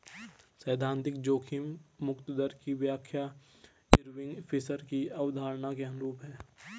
सैद्धांतिक जोखिम मुक्त दर की व्याख्या इरविंग फिशर की अवधारणा के अनुरूप है